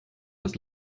das